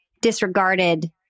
disregarded